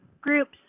groups